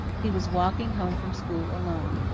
he was walking home from school alone.